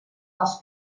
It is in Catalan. dels